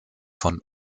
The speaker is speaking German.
von